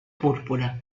púrpura